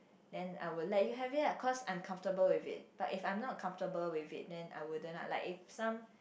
then I will let you have it lah cause I am comfortable with it but if I am not comfortable with it then I wouldn't lah like if some